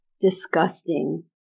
disgusting